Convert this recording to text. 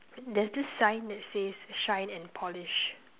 there's this sign that says shine and polish